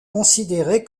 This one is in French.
considéré